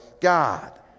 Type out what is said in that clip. God